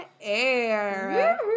air